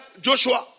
Joshua